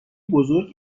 بزرگ